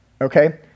Okay